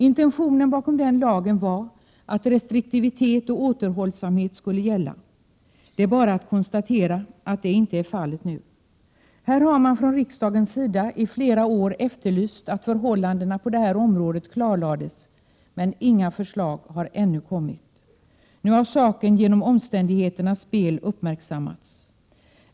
Intentionen bakom den lagen var den att restriktivitet och återhållsamhet skulle gälla. Det är bara att konstatera att detta inte är fallet nu. Här har man från riksdagens sida i flera år efterlyst att förhållandena på det här området skulle klarläggas, men inga förslag har lagts fram ännu. Nu har saken genom omständigheternas spel uppmärksammats.